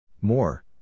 More